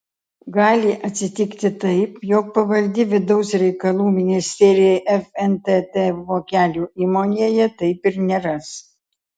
gali atsitikti taip jog pavaldi vidaus reikalų ministerijai fntt vokelių įmonėje taip ir neras